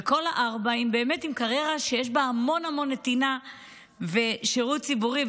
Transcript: וכל הארבע הן עם קריירה שיש בה המון נתינה ושירות ציבורי.